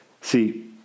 See